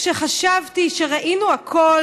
כשחשבתי שראינו הכול,